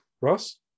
Ross